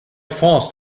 fast